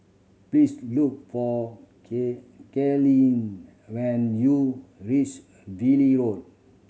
please look for Katlyn when you reach Valley Road